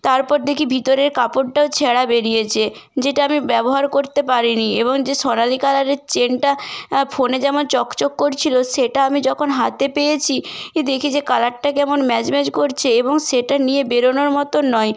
তারপর দেখি ভিতরের কাপড়টাও ছেঁড়া বেরিয়েছে যেটা আমি ব্যবহার করতে পারিনি এবং যে সোনালি কালারের চেনটা ফোনে যেমন চকচক করছিল সেটা আমি যখন হাতে পেয়েছি দেখি যে কালারটা কেমন ম্যাজম্যাজ করছে এবং সেটা নিয়ে বেরোনোর মতন নয়